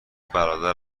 برادر